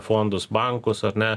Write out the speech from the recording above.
fondus bankus ar ne